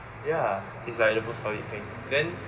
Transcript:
ya is like the most solid thing then